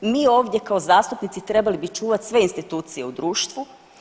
Mi ovdje kao zastupnici trebali bi čuvat sve institucije u društvu.